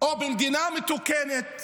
או במדינה מתוקנת